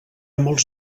molts